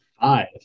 Five